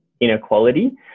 inequality